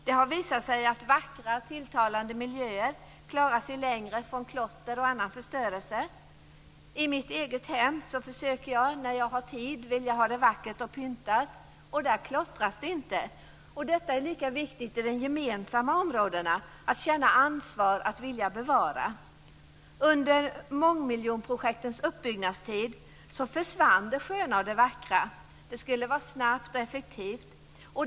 Det har visat sig att vackra, tilltalande miljöer klarar sig längre från klotter och annan förstörelse. I mitt eget hem försöker jag, när jag har tid, se till så att det är vackert och pyntat. Där klottras det inte. Detta är lika viktig i de gemensamma områdena, dvs. att känna ansvar och vilja bevara. Under mångmiljonprojektens uppbyggnadstid försvann det sköna och det vackra. Det skulle vara snabbt och effektivt.